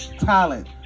talent